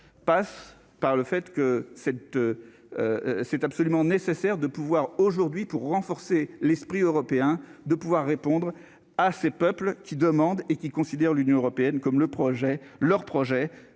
passe par le fait que cette c'est absolument nécessaire de pouvoir aujourd'hui pour renforcer l'esprit européen de pouvoir répondre à ces peuples qui demande et qui considère l'Union européenne, comme le projet